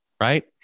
right